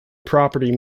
property